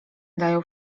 dają